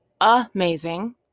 amazing